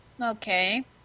Okay